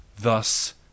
Thus